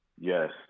Yes